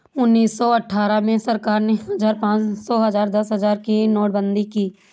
उन्नीस सौ अठहत्तर में सरकार ने हजार, पांच हजार, दस हजार की नोटबंदी की